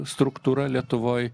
struktūra lietuvoj